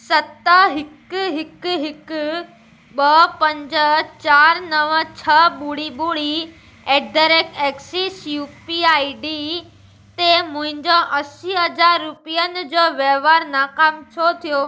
सत हिकु हिकु हिकु ॿ पंज चार नवं छह ॿुड़ी ॿुड़ी at the rate Axis U P I D ते मुंहिंजो असी हज़ार रुपियनि जो वहिंवार नाकामु छो थियो